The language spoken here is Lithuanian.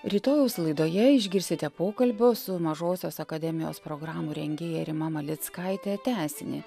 rytojaus laidoje išgirsite pokalbio su mažosios akademijos programų rengėja rima malickaite tęsinį